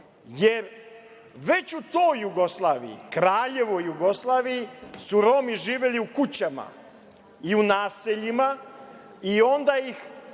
jer već u toj Jugoslaviji, kraljevoj Jugoslaviji, su Romi živeli u kućama i u naseljima i onda ih